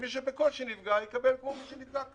ומי שבקושי נפגע, יקבל כמו מי שנפגע קל.